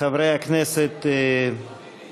עתיד, קבוצת סיעת מרצ,